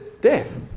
death